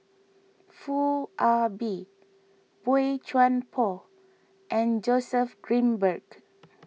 Foo Ah Bee Boey Chuan Poh and Joseph Grimberg